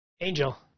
Angel